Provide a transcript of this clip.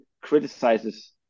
criticizes